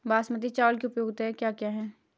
बासमती चावल की उपयोगिताओं क्या क्या हैं?